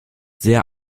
sehr